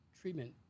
treatment